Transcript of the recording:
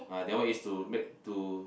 ah that one is to make to